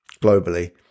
globally